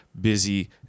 busy